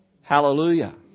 hallelujah